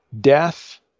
death